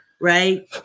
right